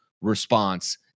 response